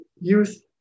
youth